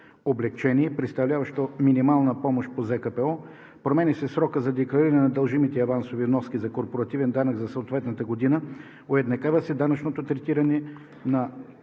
облекчение, представляващо минимална помощ по ЗКПО; променя се срокът за деклариране на дължимите авансови вноски за корпоративен данък за съответната година; уеднаквява се данъчното третиране на